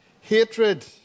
hatred